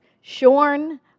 shorn